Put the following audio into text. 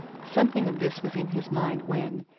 something of this was in his mind when,